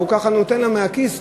והוא ככה נותן לה מהכיס,